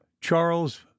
charles